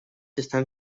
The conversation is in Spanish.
están